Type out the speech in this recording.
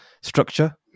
structure